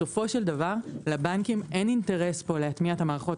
בסופו של דבר לבנקים אין אינטרס פה להטמיע את המערכות